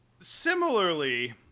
similarly